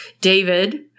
David